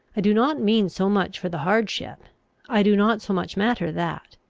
i do not mean so much for the hardship i do not so much matter that.